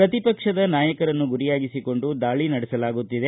ಪ್ರತಿ ಪಕ್ಷದ ನಾಯಕರನ್ನು ಗುರಿಯಾಗಿಸಿಕೊಂಡು ದಾಳಿ ನಡೆಸಲಾಗುತ್ತಿದೆ